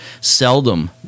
seldom